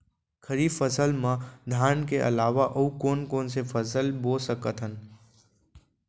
खरीफ फसल मा धान के अलावा अऊ कोन कोन से फसल बो सकत हन?